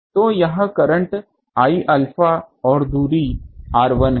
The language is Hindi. तो यह करंट I अल्फा और दूरी r1 है